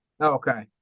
okay